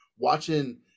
Watching